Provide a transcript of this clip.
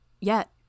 Yet